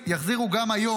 יחזירו גם היום,